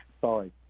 sorry